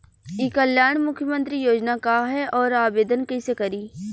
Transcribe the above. ई कल्याण मुख्यमंत्री योजना का है और आवेदन कईसे करी?